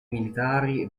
militari